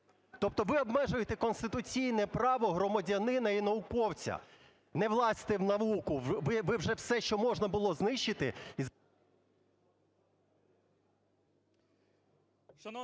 Тобто ви обмежуєте конституційне право громадянина і науковця. Не влазьте в науку! Ви вже все, що можна було знищити…